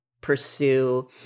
pursue